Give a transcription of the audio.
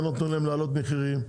לא נותנים להם להעלות מחירים,